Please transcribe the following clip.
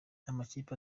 amakipe